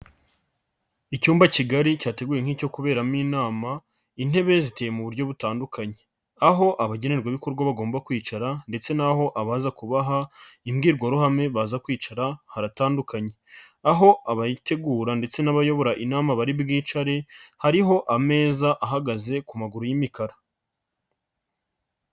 Icyumba kigari cyateguwe nk'icyo kuberamo inama, intebe ziteye mu buryo butandukanye, aho abagenerwabikorwa bagomba kwicara ndetse n'aho abaza kubaha imbwirwaruhame baza kwicara haratandukanye, aho abayitegura ndetse n'abayobora inama bari bwicare, hariho ameza ahagaze ku maguru y'imikara.